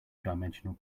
dimensional